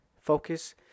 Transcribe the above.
focus